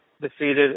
defeated